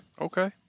okay